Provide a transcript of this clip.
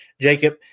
Jacob